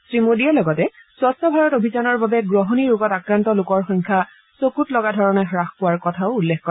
শ্ৰীমোডীয়ে লগতে স্বছ্ ভাৰত অভিযানৰ বাবে গ্ৰহণী ৰোগত আক্ৰান্ত লোকৰ সংখ্যা চকুত লগা ধৰণে হ্বাস পোৱাৰ কথা উল্লেখ কৰে